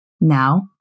Now